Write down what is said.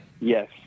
Yes